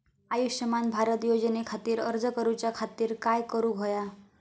आयुष्यमान भारत योजने खातिर अर्ज करूच्या खातिर काय करुक होया?